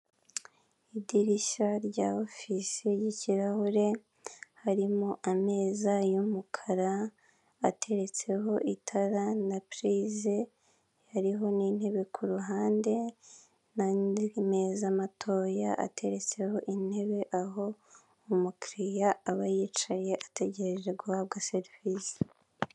Idirishya rya ofisi ry'ikirahure, harimo ameza y'umukara ateretseho itara na purize, hariho n'intebe ku ruhande, nandi meza matoya ateretseho intebe aho umukiriya aba yicaye ategereje guhabwa serivisi.